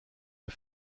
bei